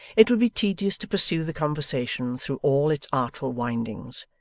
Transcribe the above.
it would be tedious to pursue the conversation through all its artful windings,